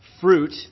fruit